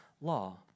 law